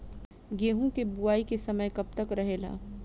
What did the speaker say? गेहूँ के बुवाई के समय कब तक रहेला?